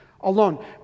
alone